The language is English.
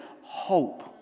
hope